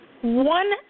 One